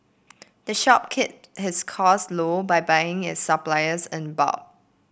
the shop keep his cost low by buying it supplies in bulk